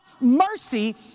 mercy